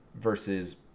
versus